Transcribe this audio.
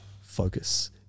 focus